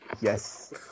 Yes